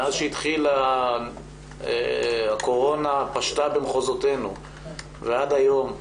מאז שהקורונה פשטה במחזותינו ועד היום,